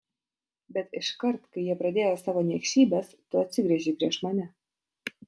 bet iškart kai jie pradėjo savo niekšybes tu atsigręžei prieš mane